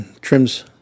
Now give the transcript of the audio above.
trims